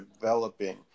developing